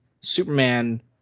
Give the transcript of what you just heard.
Superman